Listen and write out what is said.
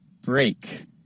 Break